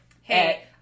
hey